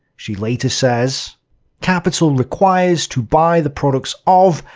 she later says capital requires to buy the products of,